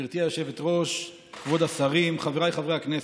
גברתי היושבת-ראש, כבוד השרים, חבריי חברי הכנסת,